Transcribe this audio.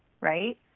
right